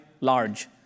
large